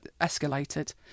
escalated